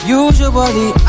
usually